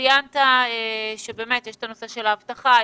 ציינת שישנה שורה של נושאים כמו אבטחה,